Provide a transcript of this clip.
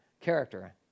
character